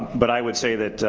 but i would say that